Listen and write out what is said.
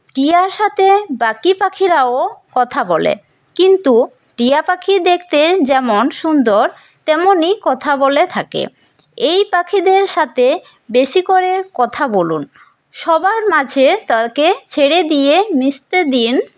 টিয়ার সঙ্গে বাকি পাখিরাও কথা বলে কিন্তু টিয়া পাখি দেখতে যেমন সুন্দর তেমনি কথা বলে থাকে এই পাখিদের সঙ্গে বেশি করে কথা বলুন সবার মাঝে তাকে ছেড়ে দিয়ে মিশতে দিন